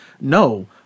No